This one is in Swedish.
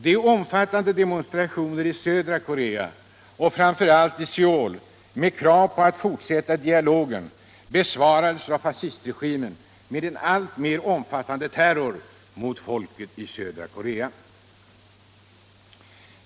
De omfattande demonstrationer i södra Korea och framför allt i Söul med krav på fortsättande av dialogen besvarades av fascistregimen med en alltmer omfattande terror mot folket i södra Korea.